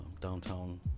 downtown